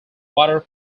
water